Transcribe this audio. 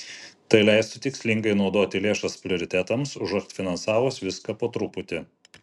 tai leistų tikslingai naudoti lėšas prioritetams užuot finansavus viską po truputį